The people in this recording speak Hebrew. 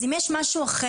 אז אם יש משהו אחר,